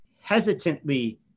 hesitantly